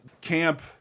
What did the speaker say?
camp